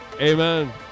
Amen